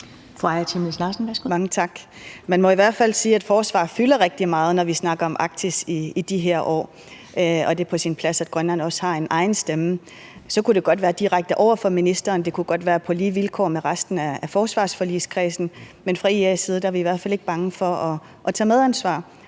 Man må i hvert fald sige, at forsvar fylder rigtig meget, når vi snakker om Arktis i de her år, og det er på sin plads, at Grønland også har en egen stemme. Så kunne det godt være direkte over for ministeren, og det kunne godt være på lige vilkår med resten af forsvarsforligskredsen. Men fra IA's side er vi i hvert fald ikke bange for at tage medansvar,